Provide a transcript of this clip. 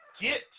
get